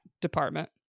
department